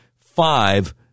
five